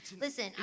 Listen